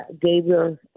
Gabriel